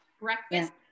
breakfast